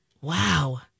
Wow